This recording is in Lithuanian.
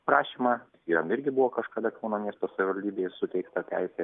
prašymą jiem irgi buvo kažkada kauno miesto savivaldybėj suteikta teisė